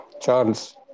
Charles—